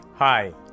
Hi